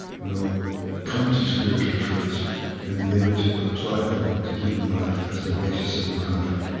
will come to spiritual truths and be able to apply them to human life as the basis of morality.